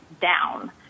down